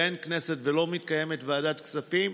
אין כנסת ולא מתקיימת ועדת כספים,